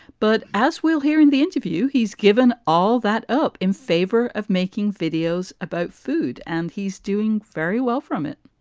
but as we'll hear in the interview, he's given all that up in favor of making videos about food. and he's doing very well from it